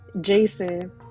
Jason